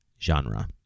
genre